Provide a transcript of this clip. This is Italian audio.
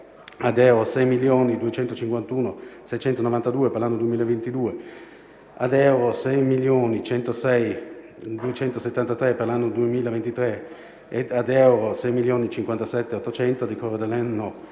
ad euro 6.251.692 per l'anno 2022, ad euro 6.106.273 per l'anno 2023 e ad euro 6.057.800 a decorrere